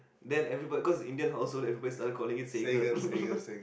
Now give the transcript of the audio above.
then everybody cause Indian household everybody started calling it Seger